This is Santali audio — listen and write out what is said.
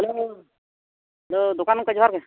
ᱦᱮᱞᱳ ᱫᱚᱠᱟᱱ ᱜᱚᱝᱠᱮ ᱡᱚᱦᱟᱨ ᱜᱮ